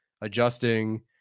Adjusting